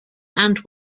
and